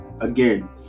Again